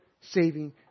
saving